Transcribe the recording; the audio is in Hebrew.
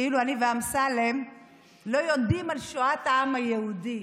כאילו אני ואמסלם לא יודעים על שואת העם היהודי.